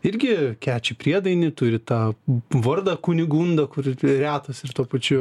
irgi keči priedainį turi tą vardą kunigunda kuris retas ir tuo pačiu